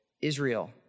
Israel